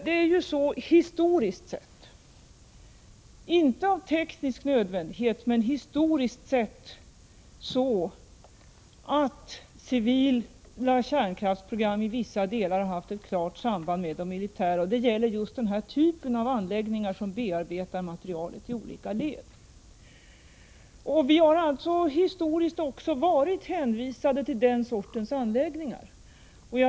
Historiskt sett — det är inte fråga om en teknisk nödvändighet — är det så, att civila kärnkraftsprogram i vissa delar har haft ett klart samband med de militära programmen. Det gäller just den här typen av anläggningar, som bearbetar materialet i olika led. Historiskt sett har vi också varit hänvisade till den sortens anläggningar.